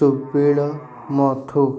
Chhabila Madhu